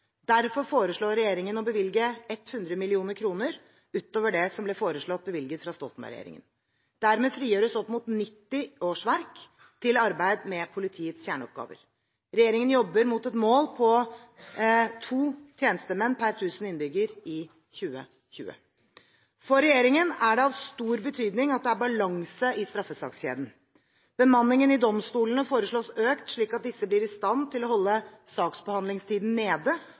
Derfor foreslår regjeringen å bevilge 100 mill. kr utover det som ble foreslått bevilget fra Stoltenberg-regjeringen. Dermed frigjøres opp mot 90 årsverk til arbeid med politiets kjerneoppgaver. Regjeringen jobber mot et mål på to tjenestemenn per 1 000 innbyggere i 2020. For regjeringen er det av stor betydning at det er balanse i straffesakskjeden. Bemanningen i domstolene foreslås økt slik at disse blir i stand til å holde saksbehandlingstiden nede